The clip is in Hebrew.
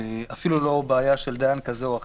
ואפילו לא בעיה של דיין כזה או אחר.